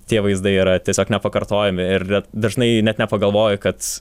tie vaizdai yra tiesiog nepakartojami ir dažnai net nepagalvoji kad